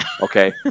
okay